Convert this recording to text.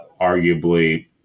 arguably